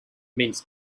means